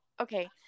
okay